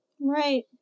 Right